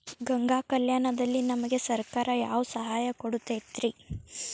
ಗಂಗಾ ಕಲ್ಯಾಣ ದಲ್ಲಿ ನಮಗೆ ಸರಕಾರ ಹೆಂಗ್ ಸಹಾಯ ಕೊಡುತೈತ್ರಿ?